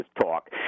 talk